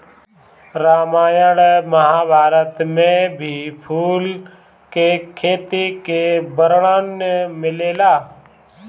रामायण महाभारत में भी फूल के खेती के वर्णन मिलेला